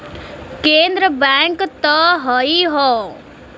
केन्द्र बैंक त हइए हौ